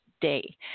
day